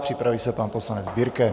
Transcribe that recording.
Připraví se pan poslanec Birke.